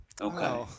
Okay